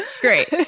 Great